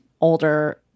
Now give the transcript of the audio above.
older